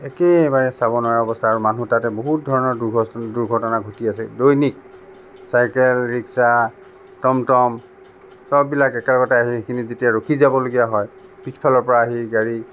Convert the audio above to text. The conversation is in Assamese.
একেবাৰে চাব নোৱাৰা অৱস্থা আৰু মানুহ তাতে বহুত ধৰণৰ দুৰ্ঘছ দুৰ্ঘটনা ঘটি আছে দৈনিক চাইকেল ৰিক্সা টম্টম্ চববিলাক একে লগতে আহি সেইখিনিত যেতিয়া ৰখি যাবলগীয়া হয় পিছফালৰপৰা আহি গাড়ী